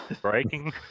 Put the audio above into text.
Breaking